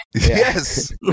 Yes